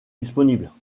disponibles